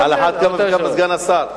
על אחת כמה וכמה אתה, סגן השר.